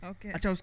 Okay